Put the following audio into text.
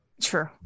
true